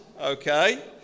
okay